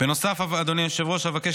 של חבר הכנסת יונתן מישרקי.